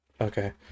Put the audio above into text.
Okay